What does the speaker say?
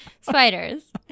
spiders